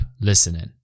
listening